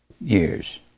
years